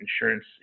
insurance